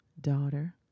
Daughter